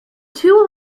two